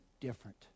different